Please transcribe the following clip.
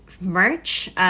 merch